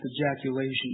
ejaculation